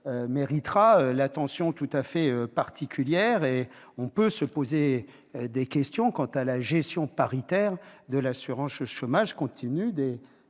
méritera une attention toute particulière. On peut se poser des questions quant à la gestion paritaire de l'assurance chômage, compte tenu des